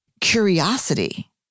curiosity